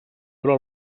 però